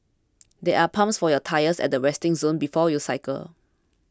there are pumps for your tyres at the resting zone before you cycle